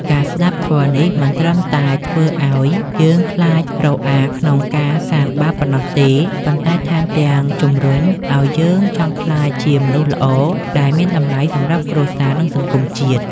ការស្ដាប់ធម៌នេះមិនត្រឹមតែធ្វើឱ្យយើងខ្លាចរអាក្នុងការសាងបាបប៉ុណ្ណោះទេ ប៉ុន្តែថែមទាំងជំរុញឱ្យយើងចង់ក្លាយជាមនុស្សល្អដែលមានតម្លៃសម្រាប់គ្រួសារ និងសង្គមជាតិ។